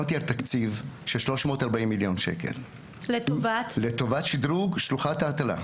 תקציב של 340,000,000 שקלים לטובת שדרוג שלוחת ההטלה.